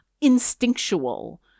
instinctual